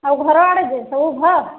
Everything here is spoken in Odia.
ଆଉ ଘର ଆଡ଼େ ଯେ ସବୁ ଭଲ